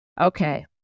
okay